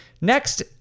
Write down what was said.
Next